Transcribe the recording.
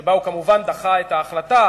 שבה הוא כמובן דחה את ההחלטה,